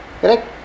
Correct